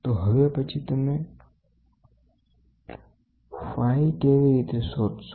તો હવે પછી તમે φ કેવી રીતે શોધશો